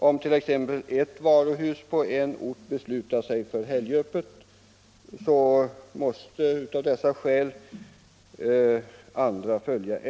Om t.ex. ett varuhus på en ort beslutar sig för att ha helgöppet, så måste ofta de andra följa efter.